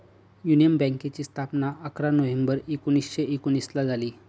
union बँकेची स्थापना अकरा नोव्हेंबर एकोणीसशे एकोनिसला झाली